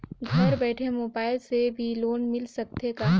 घर बइठे मोबाईल से भी लोन मिल सकथे का?